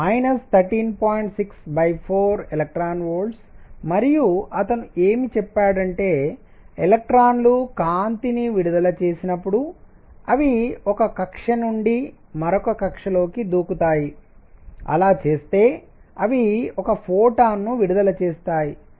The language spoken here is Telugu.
64 eV మరియు అతను ఏమి చెప్పాడంటే ఎలక్ట్రాన్లు కాంతిని విడుదల చేసినప్పుడు అవి ఒక కక్ష్య నుండి మరొక కక్ష్యలోకి దూకుతాయి అలా చేస్తే అవి ఒక ఫోటాన్ ను విడుదల చేస్తాయి